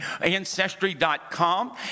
Ancestry.com